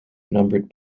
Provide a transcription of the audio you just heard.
numbered